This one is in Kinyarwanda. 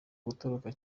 gutoroka